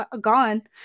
gone